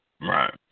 Right